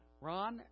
Ron